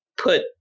put